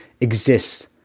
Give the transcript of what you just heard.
exists